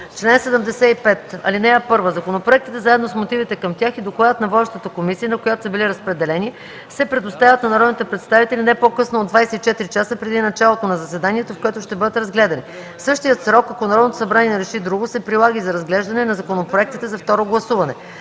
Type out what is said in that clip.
„Чл. 75. (1) Законопроектите заедно с мотивите към тях и докладът на водещата комисия, на която са били разпределени, се предоставят на народните представители не по-късно от 24 часа преди началото на заседанието, в което ще бъдат разгледани. Същият срок, ако Народното събрание не реши друго, се прилага и за разглеждане на законопроектите за второ гласуване.